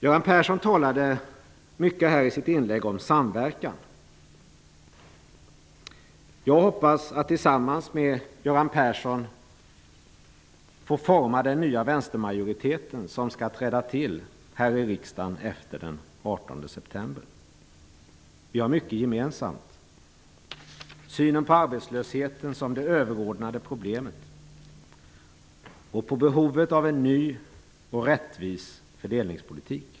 Göran Persson talade i sitt inlägg mycket om samverkan. Jag hoppas på att tillsammans med Göran Persson få vara med och forma den nya vänstermajoritet som skall träda till här i riksdagen efter den 18 september. Vi har mycket gemensamt: synen på arbetslösheten som det överordnade problemet och behovet av en ny och rättvis fördelningspolitik.